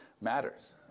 matters